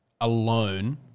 alone